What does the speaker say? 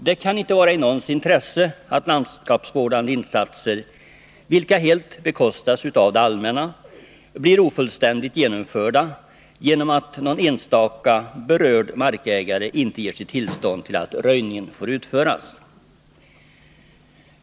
Det kan inte vara i någons intresse att landskapsvårdande insatser, vilka helt bekostas av det allmänna, blir ofullständigt genomförda på grund av att någon enstaka berörd markägare inte ger sitt tillstånd till att röjningen utförs.